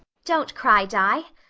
don't cry, di,